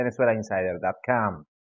VenezuelaInsider.com